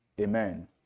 Amen